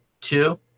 two